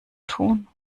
tun